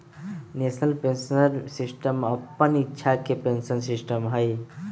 national pension system अप्पन इच्छा के पेंशन सिस्टम हइ